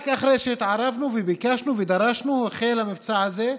רק אחרי שהתערבנו וביקשנו ודרשנו החל המבצע הזה.